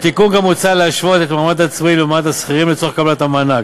בתיקון גם מוצע להשוות את מעמד העצמאים למעמד השכירים לצורך קבלת המענק.